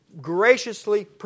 graciously